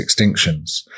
extinctions